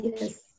yes